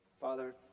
Father